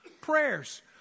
prayers